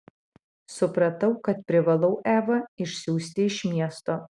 supratau kad privalau evą išsiųsti iš miesto